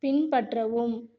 பின்பற்றவும்